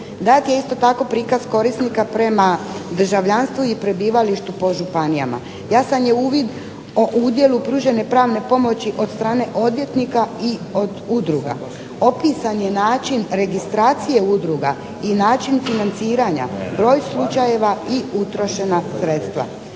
Dakle isto tako prikaz korisnika prema državljanstvu i prebivalištu po županijama. Jasan je uvid o udjelu pružene pravne pomoći od strane odvjetnika i od udruga, opisan je način registracije udruga, i način financiranja, broj slučajeva i utrošena sredstva.